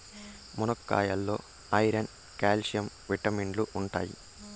మునక్కాయాల్లో iron, calcium విటమిన్లు ఉంటాయి